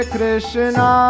Krishna